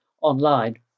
online